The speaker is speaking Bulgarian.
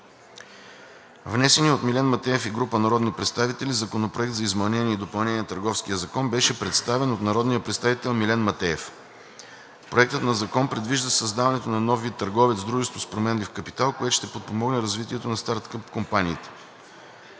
Внесеният от Милен Матеев и група народни представители Законопроект за изменение и допълнение на Търговския закон беше представен от народния представител Милен Матеев. Проектът на закон предвижда създаването на нов вид търговец – дружество с променлив капитал, което ще подпомогне развитието на стартъп компаниите.